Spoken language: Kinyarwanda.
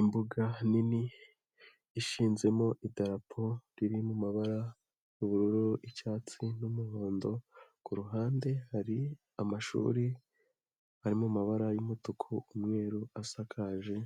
Imbuga nini ishinzemo idarapo riri mu mabara y'ubururu, icyatsi n'umuhondo. Ku ruhande hari amashuri ari mu mabara y'umutuku, umweru. Asakaje